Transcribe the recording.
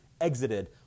exited